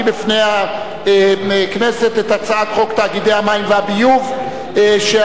בפני הכנסת את הצעת חוק תאגידי מים וביוב (תיקון,